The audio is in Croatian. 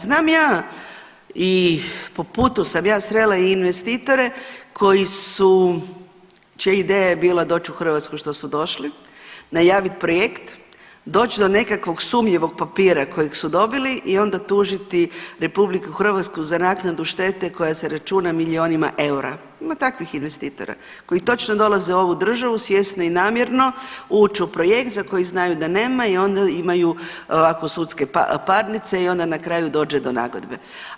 Znam ja i po putu sam ja srela i investitore koji su, čija ideja je bila doć u Hrvatsku, što su došli najavit projekt, doć do nekakvog sumnjivog papira kojeg su dobili i onda tužiti RH za naknadu štete koja se računa u milijunima eura, ima takvih investitora koji točno dolaze u ovu državu, svjesno i namjerno uć u projekt za koji znaju da nema i onda imaju ovako sudske parnice i onda na kraju dođe do nagodbe.